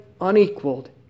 unequaled